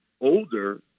older